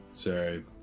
Sorry